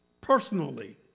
personally